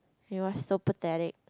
you know what's so pathetic